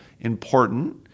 important